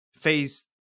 phase